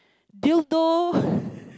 dildo